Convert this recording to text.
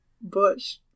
Bush